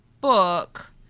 book